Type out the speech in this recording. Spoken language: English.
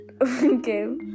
Okay